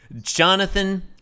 Jonathan